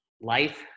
life